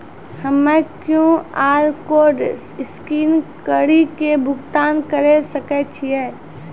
हम्मय QR code scan कड़ी के भुगतान करें सकय छियै?